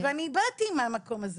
ואני באתי מהמקום הזה.